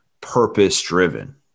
purpose-driven